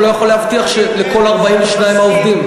אני גם לא יכול להבטיח שלכל 42 העובדים,